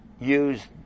use